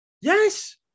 Yes